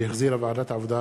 שהחזירה ועדת העבודה,